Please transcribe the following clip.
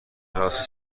راستی